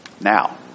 Now